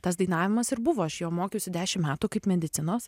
tas dainavimas ir buvo aš jo mokiausi dešim metų kaip medicinos